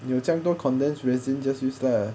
你有这样多 condensed resin just use lah